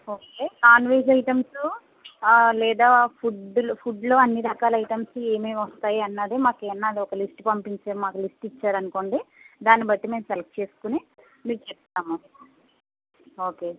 okay non veg items లేదా food ఫుడ్లో అన్ని రకాల ఐటమ్సు ఏమేమొస్తాయి అన్నది మాకేమైనా అది ఒక లిస్ట్ పంపించే మాకు లిస్ట్ ఇచ్చారనుకోండి దాన్ని బట్టి మేం సెలెక్ట్ చేసుకుని మీకు చెప్తాము ఓకే